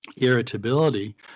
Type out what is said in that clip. irritability